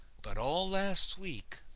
but all last week,